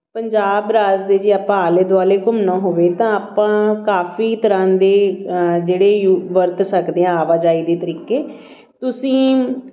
ਪੰਜਾਬ ਰਾਜ ਦੇ ਜੇ ਆਪਾਂ ਆਲੇ ਦੁਆਲੇ ਘੁੰਮਣਾ ਹੋਵੇ ਤਾਂ ਆਪਾਂ ਕਾਫੀ ਤਰ੍ਹਾਂ ਦੇ ਜਿਹੜੇ ਯੂ ਵਰਤ ਸਕਦੇ ਹਾਂ ਆਵਾਜਾਈ ਦੇ ਤਰੀਕੇ ਤੁਸੀਂ